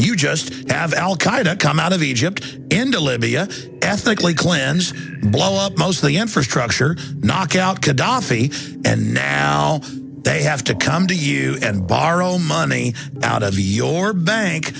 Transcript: you just have al qaeda come out of egypt into libya ethnically cleanse blow up most of the infrastructure knock out gadhafi and now they have to come to you and borrow money out of your bank